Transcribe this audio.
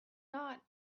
not